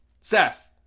Seth